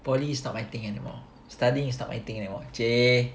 poly is not my thing anymore studying is not my thing anymore !chey!